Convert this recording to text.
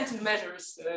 measures